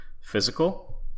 physical